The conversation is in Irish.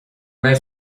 raibh